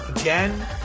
again